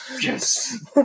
Yes